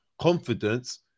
confidence